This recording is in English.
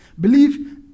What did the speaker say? believe